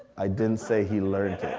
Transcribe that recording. i didn't say he learned